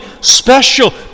special